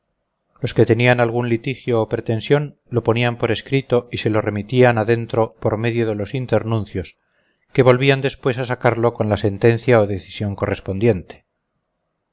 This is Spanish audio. los que tenían algún litigio o pretensión lo ponían por escrito y se lo remitían adentro por medio de los internuncios que volvían después a sacarlo con la sentencia o decisión correspondiente